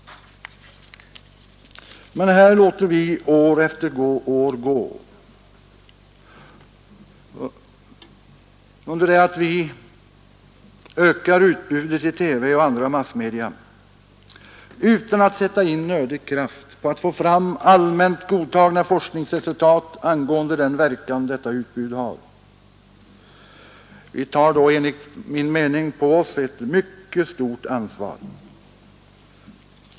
Men här låter vi år efter år gå under det att vi ökar utbudet i TV och andra massmedia utan att sätta in nödig kraft på att få fram allmänt godtagna forskningsresultat angående den verkan detta utbud har. Vi tar då, enligt min mening, på oss ett mycket stort ansvar.